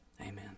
Amen